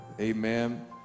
Amen